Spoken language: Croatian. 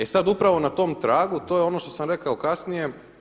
E sad upravo na tom tragu to je ono što sam rekao kasnije.